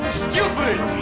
stupid